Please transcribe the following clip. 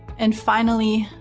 and finally,